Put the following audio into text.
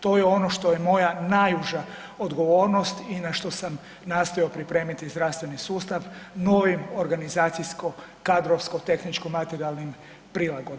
To je ono što je moja najuža odgovornost i na što sam nastojao pripremiti zdravstveni sustav novim organizacijsko, kadrovsko, tehničko materijalnim prilagodbama.